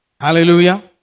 Hallelujah